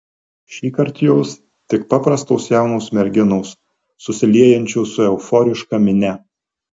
šįkart jos tik paprastos jaunos merginos susiliejančios su euforiška minia